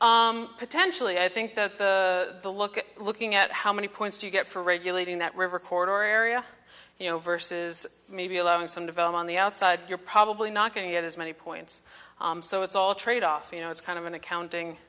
so potentially i think that the look at looking at how many points you get for regulating that river corridor area you know verses maybe allowing some develop on the outside you're probably not going to get as many points so it's all a trade off you know it's kind of an accounting